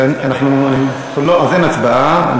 אז אין הצבעה.